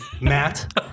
Matt